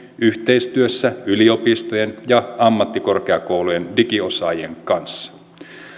yhteistyössä yliopistojen ja ammattikorkeakoulujen digiosaajien kanssa